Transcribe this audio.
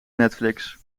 netflix